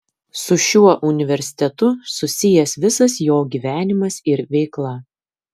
su šiuo universitetu susijęs visas jo gyvenimas ir veikla